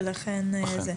אכן.